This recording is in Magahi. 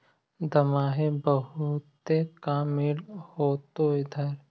दमाहि बहुते काम मिल होतो इधर?